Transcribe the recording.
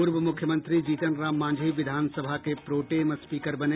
पूर्व मुख्यमंत्री जीतन राम मांझी विधानसभा के प्रोटेम स्पीकर बने